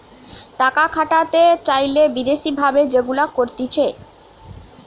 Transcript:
টাকা খাটাতে চাইলে বিদেশি ভাবে যেগুলা করতিছে